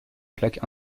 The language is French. plaque